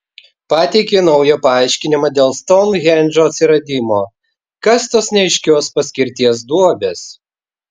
pateikė naują paaiškinimą dėl stounhendžo atsiradimo kas tos neaiškios paskirties duobės